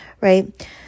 right